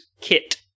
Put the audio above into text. Kit